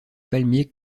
palmiers